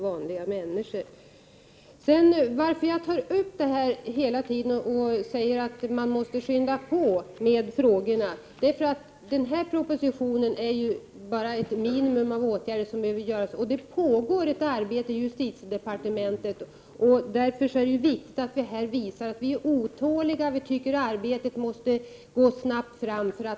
Anledningen till att jag hela tiden tar upp detta och säger att man måste skynda på med frågorna är att den proposition vi nu behandlar bara innehåller ett minimum av åtgärder som behöver vidtas. Det pågår ett arbete i justitiedepartementet. Därför är det viktigt att vi här visar att vi är otåliga, att vi tycker att arbetet måste gå snabbt fram.